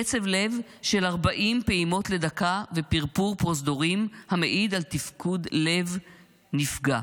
קצב לב של 40 פעימות לדקה ופרפור פרוזדורים המעיד על תפקוד לב נפגע,